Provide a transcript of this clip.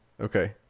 Okay